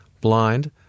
blind